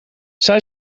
zij